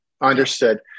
Understood